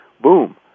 boom